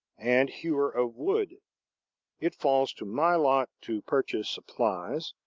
and hewer of wood it falls to my lot to purchase supplies,